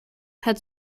had